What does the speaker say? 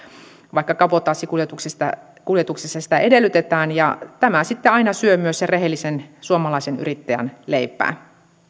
vaikka kabotaasikuljetuksissa sitä edellytetään ja tämä sitten aina syö myös sen rehellisen suomalaisen yrittäjän leipää